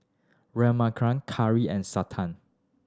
Raghuram Kiran and Santha